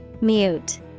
Mute